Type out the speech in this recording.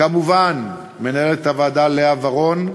כמובן, מנהלת הוועדה לאה ורון,